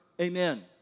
Amen